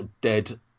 dead